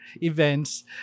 events